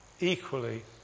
equally